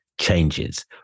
changes